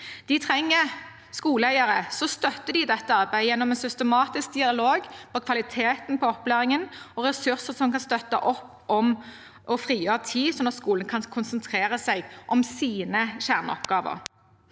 De trenger skoleeiere som støtter dem i dette arbeidet gjennom en systematisk dialog, kvalitet på opplæringen og ressurser som kan støtte opp om og frigjøre tid, sånn at skolen kan konsentrere seg om sine kjerneoppgaver.